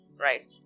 right